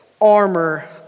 armor